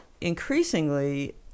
increasingly